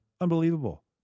Unbelievable